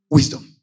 Wisdom